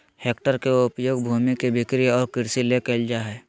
hectare के उपयोग भूमि के बिक्री और कृषि ले कइल जाय हइ